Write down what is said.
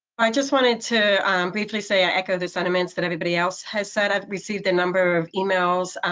i just wanted to briefly say i echo the sentiments that everybody else has said. i've received a number of emails,